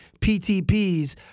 PTPs